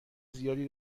زیادی